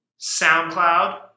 SoundCloud